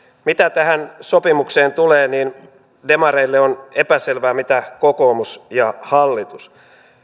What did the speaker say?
mitä tähän sopimukseen tulee niin demareille on epäselvää mitä kokoomus ja hallitus